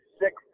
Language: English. six